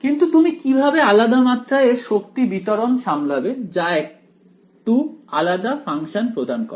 কিন্তু তুমি কিভাবে আলাদা মাত্রায় এর শক্তির বিতরণ সামলাবে যা একটু আলাদা ফাংশন প্রদান করে